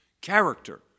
character